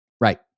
Right